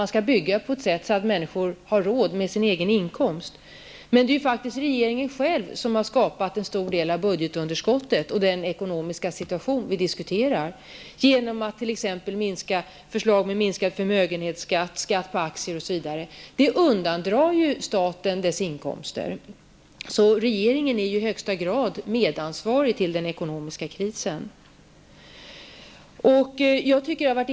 Man skall bygga på ett sådant sätt att människor har råd att betala med sin egen inkomst. Det är ju faktiskt regeringen själv som har skapat en stor del av budgetunderskottet och den ekonomiska situation vi diskuterar genom att t.ex. lägga fram förslag om minskad förmögenhetsskatt och minskad skatt på aktier osv. Det undandrar ju staten dess inkomster. Därför är regeringen i högsta grad medansvarig till den ekonomiska krisen.